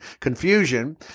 confusion